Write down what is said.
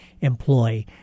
employ